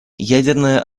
ядерное